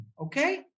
okay